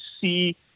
see